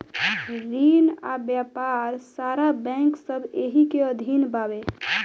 रिन आ व्यापार सारा बैंक सब एही के अधीन बावे